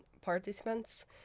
participants